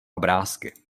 obrázky